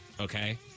Okay